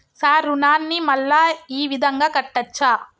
Sir రుణాన్ని మళ్ళా ఈ విధంగా కట్టచ్చా?